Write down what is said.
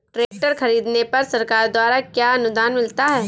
Tractor खरीदने पर सरकार द्वारा क्या अनुदान मिलता है?